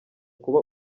kuba